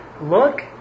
look